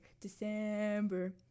December